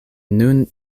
nun